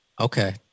okay